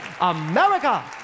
America